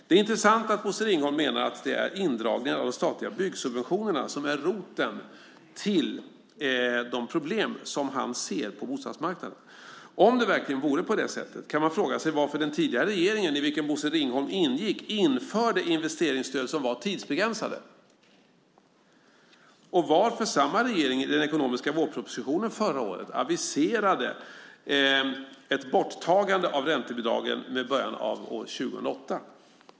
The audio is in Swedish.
Det är intressant att Bosse Ringholm menar att det är indragningen av de statliga byggsubventionerna som är roten till de problem som han ser på bostadsmarknaden. Om det verkligen vore på det sättet kan man fråga sig varför den tidigare regeringen, i vilken Bosse Ringholm ingick, införde investeringsstöd som var tidsbegränsade och varför samma regering i den ekonomiska vårpropositionen förra året aviserade ett borttagande av räntebidragen med början under 2008.